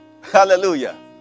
Hallelujah